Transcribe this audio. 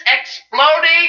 exploding